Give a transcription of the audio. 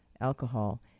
alcohol